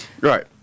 Right